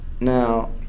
Now